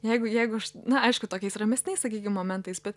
jeigu jeigu aš na aišku tokiais ramesniais sakykim momentais bet